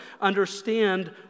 understand